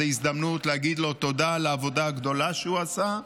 זאת הזדמנות להגיד לו תודה על העבודה הגדולה שהוא עשה.